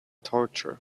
torture